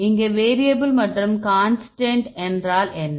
இங்கே வேரியபில் மற்றும் கான்ஸ்டன்ட் என்றால் என்ன